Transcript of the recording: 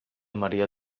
maria